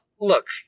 look